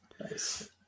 Nice